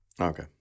Okay